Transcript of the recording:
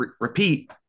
repeat